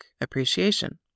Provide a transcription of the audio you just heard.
appreciation